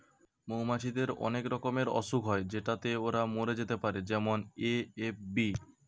মৌমাছিদের অনেক রকমের অসুখ হয় যেটাতে ওরা মরে যেতে পারে যেমন এ.এফ.বি